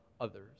others